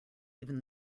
even